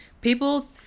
People